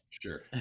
sure